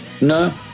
no